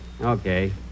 Okay